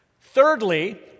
Thirdly